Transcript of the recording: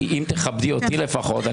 אם תכבדי אותי לפחות,